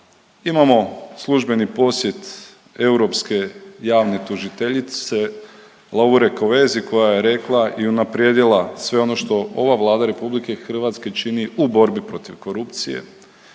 Imamo službeni posjet europske javne tužiteljice Laure Covezi koja je rekla i unaprijedila sve ono što ova Vlada Republike Hrvatske čini u borbi protiv korupcije.